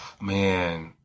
Man